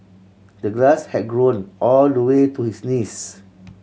the grass had grown all the way to his knees